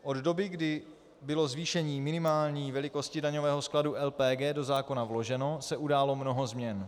Od doby, kdy bylo zvýšení minimální velikosti daňového skladu LPG do zákona vloženo, se událo mnoho změn.